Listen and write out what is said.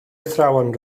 athrawon